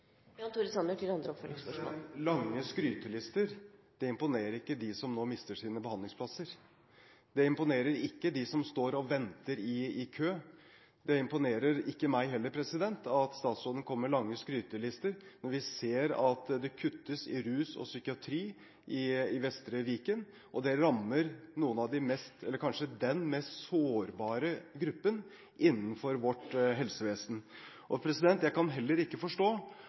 Lange skrytelister imponerer ikke dem som nå mister sine behandlingsplasser. Det imponerer ikke dem som står og venter i kø. Det imponerer heller ikke meg at statsråden kommer med lange skrytelister når vi ser at det kuttes i rus- og psykiatribehandlingen i Vestre Viken. Det rammer kanskje den mest sårbare gruppen innenfor vårt helsevesen. Jeg kan heller ikke forstå